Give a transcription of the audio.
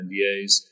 NDAs